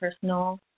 personal